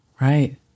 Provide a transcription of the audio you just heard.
right